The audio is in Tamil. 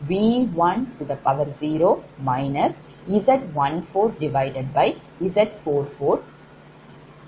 ஆக V1fV10 Z14Z44V401